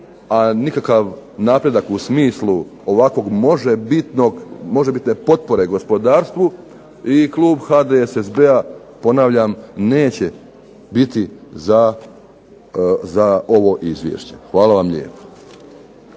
a nikakav napredak u smislu ovakve možebitne potpore gospodarstvu i klub HDSSB-a ponavljam neće biti za ovo izvješće. Hvala vam lijepo.